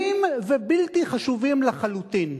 קטנים ובלתי חשובים לחלוטין,